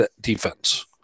defense